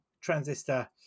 transistor